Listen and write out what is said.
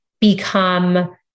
become